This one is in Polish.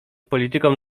polityką